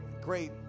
great